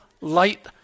light